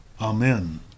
Amen